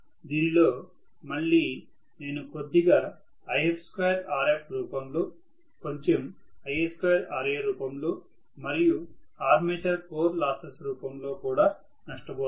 దీనిలో మళ్లీ నేను కొద్దిగా If2Rf రూపంలో కొంచెం Ia2Ra రూపంలో మరియు ఆర్మేచర్ కోర్ లాసెస్ రూపంలో కూడా నష్టపోతాను